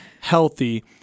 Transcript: healthy